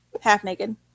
Half-naked